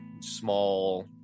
small